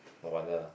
no wonder